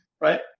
Right